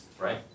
right